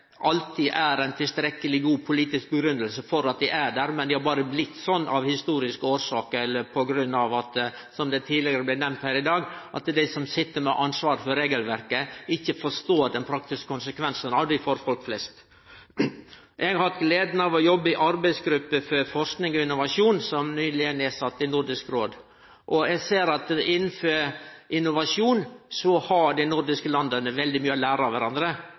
alltid har ei tilstrekkeleg god politisk grunngjeving, men som berre har blitt slik av historiske årsaker eller på grunn av – slik som det tidlegare blei nemnt her i dag – at dei som sit med ansvaret for regelverket, ikkje forstår den praktiske konsekvensen av dei for folk flest. Eg har hatt gleda av å jobbe i arbeidsgruppa for forsking og innovasjon som nyleg er sett ned i Nordisk Råd, og eg ser at innanfor innovasjon har dei nordiske landa veldig mykje å lære av